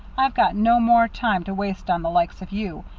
i've got no more time to waste on the likes of you.